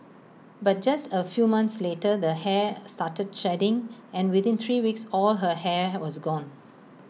but just A few months later the hair started shedding and within three weeks all her hair was gone